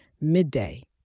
midday